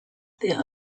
their